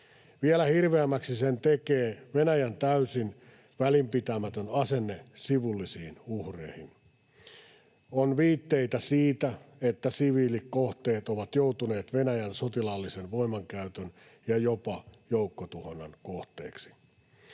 Vielä hirveämmäksi sen tekee Venäjän täysin välinpitämätön asenne sivullisiin uhreihin. On viitteitä siitä, että siviilikohteet ovat joutuneet Venäjän sotilaallisen voimankäytön ja jopa joukkotuhonnan kohteeksi.